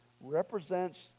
represents